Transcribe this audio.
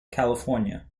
california